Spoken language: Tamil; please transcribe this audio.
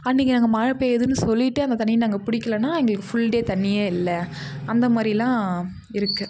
அன்னைக்கு நாங்க மழைப் பேய்யிதுன்னு சொல்லிவிட்டு அந்த தண்ணியை நாங்கள் பிடிக்கிலனா எங்களுக்கு ஃபுல் டே தண்ணி இல்லை அந்தமாதிரிலாம் இருக்கு